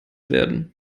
werden